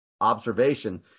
observation